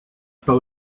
pas